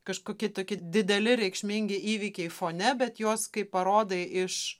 kažkokie tokie dideli reikšmingi įvykiai fone bet juos kai parodai iš